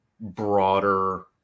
broader